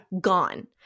gone